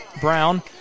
Brown